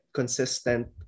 consistent